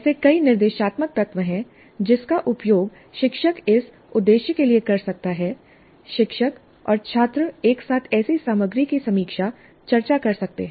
ऐसे कई निर्देशात्मक तत्व हैं जिनका उपयोग शिक्षक इस उद्देश्य के लिए कर सकता है शिक्षक और छात्र एक साथ ऐसी सामग्री की समीक्षा चर्चा कर सकते हैं